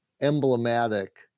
emblematic